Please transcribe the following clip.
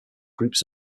groups